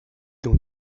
dans